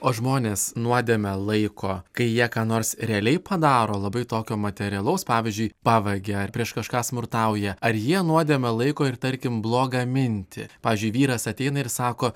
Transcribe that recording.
o žmonės nuodėme laiko kai jie ką nors realiai padaro labai tokio materialaus pavyzdžiui pavagia ar prieš kažką smurtauja ar jie nuodėme laiko ir tarkim blogą mintį pavyzdžiui vyras ateina ir sako